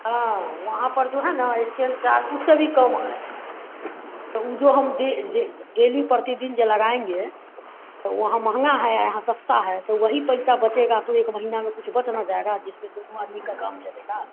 हाँ वहाँ पर जो है ना इस्टेन चार्ज उससे भी कम है तो वह जो हम डेली प्रतिदिन जो लगाएँगे तो वहाँ महँगा है यहाँ सस्ता है तो वही पइसा बचेगा तो एक महीना में कुछ बच ना जाएगा जिसमें दोनों आदमी का काम चलेगा